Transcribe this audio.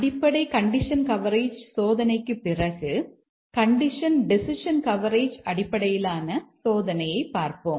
அடிப்படை condition coverage சோதனைக்குப் பிறகு கண்டிஷன் டெசிஷன் கவரேஜ் அடிப்படையிலான சோதனையைப் பார்ப்போம்